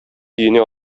өенә